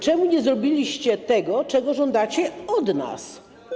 Czemu nie zrobiliście tego, czego żądacie od nas?